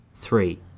three